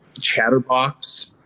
Chatterbox